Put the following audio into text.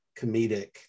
comedic